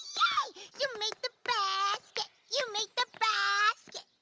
yeah you made the basket, you made the basket.